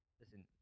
Listen